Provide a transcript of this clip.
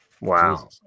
wow